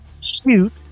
shoot